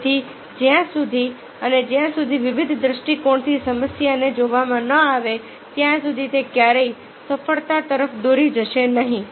તેથી જ્યાં સુધી અને જ્યાં સુધી વિવિધ દ્રષ્ટિકોણથી સમસ્યાને જોવામાં ન આવે ત્યાં સુધી તે ક્યારેય સફળતા તરફ દોરી જશે નહીં